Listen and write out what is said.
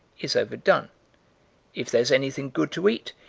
is overdone if there's anything good to eat,